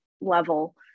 level